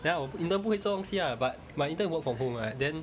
ya 我 intern 不会做东西 ah but my intern work from home [what] then